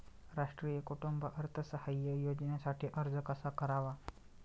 राष्ट्रीय कुटुंब अर्थसहाय्य योजनेसाठी अर्ज कसा करावा?